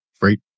great